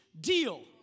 deal